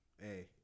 Hey